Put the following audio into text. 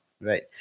Right